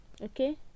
okay